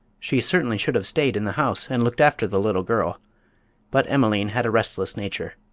she certainly should have stayed in the house and looked after the little girl but emeline had a restless nature.